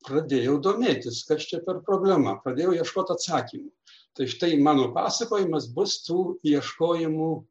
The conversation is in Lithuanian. pradėjau domėtis kas čia per problema pradėjau ieškot atsakymų tai štai mano pasakojimas bus tų ieškojimų